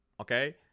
Okay